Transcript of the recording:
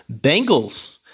Bengals